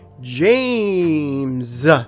James